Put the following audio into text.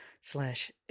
slash